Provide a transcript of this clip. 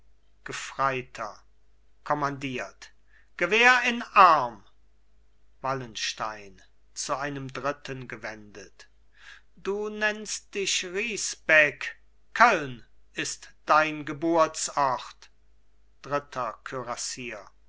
gefreiter kommandiert gewehr in arm wallenstein zu einem dritten gewendet du nennst dich risbeck köln ist dein geburtsort dritter